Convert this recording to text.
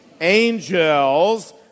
Angels